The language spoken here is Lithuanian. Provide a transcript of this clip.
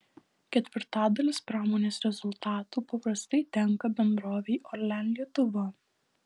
ketvirtadalis pramonės rezultatų paprastai tenka bendrovei orlen lietuva